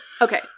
Okay